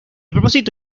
propósito